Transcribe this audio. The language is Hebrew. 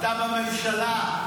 אתה בממשלה.